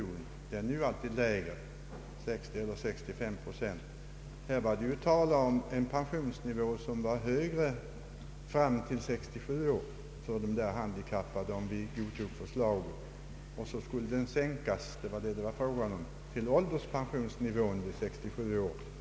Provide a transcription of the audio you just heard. Denna pension är alltid lägre — 60 eller 65 procent av inkomsten. I detta fall var det tal om en pensionsnivå som för de handikappade skulle vara högre fram till 67 år, om vi godtar förslaget. Sedan skulle den sänkas till ålderspensionsnivån vid 67 år.